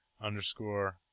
underscore